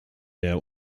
der